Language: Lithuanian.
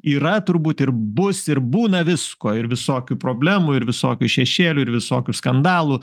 yra turbūt ir bus ir būna visko ir visokių problemų ir visokių šešėlių ir visokių skandalų